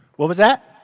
what was that?